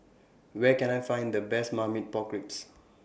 Where Can I Find The Best Marmite Pork Ribs